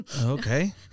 okay